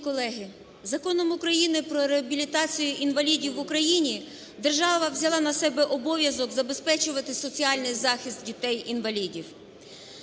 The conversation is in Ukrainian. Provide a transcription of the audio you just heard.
Шановні колеги, Законом України "Про реабілітацію інвалідів в Україні" держава взяла на себе обов'язок забезпечувати соціальний захист дітей-інвалідів.